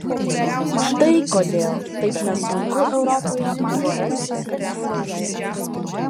štai kodėl taip nesunku europoje buvo rastis renesansui